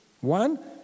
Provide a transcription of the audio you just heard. One